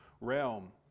realm